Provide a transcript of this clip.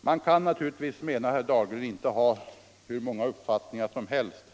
Man kan naturligtvis, menar herr Dahlgren, inte ha hur många uppfattningar som helst.